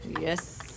Yes